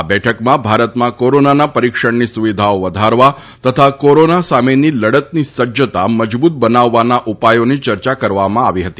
આ બેઠકમાં ભારતમાં કોરોનાના પરિક્ષણની સુવિધાઓ વધારવા તથા કોરોના સામેની લડતની સજ્જતા મજબૂત બનાવવાના ઉપાયોની ચર્ચા કરવામાં આવી હતી